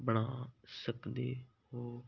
ਬਣਾ ਸਕਦੇ ਹੋ